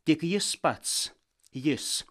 tik jis pats jis